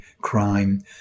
crime